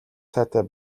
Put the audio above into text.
сайтай